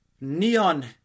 neon